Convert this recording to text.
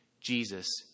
Jesus